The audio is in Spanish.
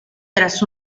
tras